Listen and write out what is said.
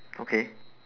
okay